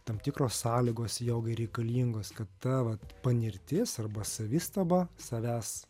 tam tikros sąlygos jogai reikalingos kad ta vat patirtis arba savistaba savęs